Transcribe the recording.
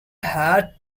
had